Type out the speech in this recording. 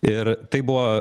ir tai buvo